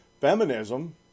feminism